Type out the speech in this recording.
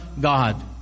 God